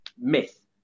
myth